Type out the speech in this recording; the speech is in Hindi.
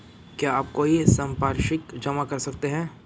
क्या आप कोई संपार्श्विक जमा कर सकते हैं?